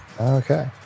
Okay